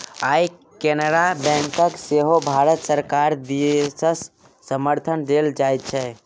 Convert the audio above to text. आय केनरा बैंककेँ सेहो भारत सरकार दिससँ समर्थन देल जाइत छै